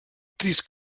trist